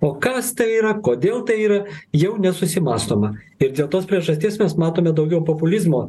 o kas tai yra kodėl tai yra jau nesusimąstoma ir dėl tos priežasties mes matome daugiau populizmo